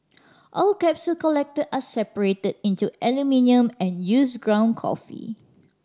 all capsules collected are separated into aluminium and used ground coffee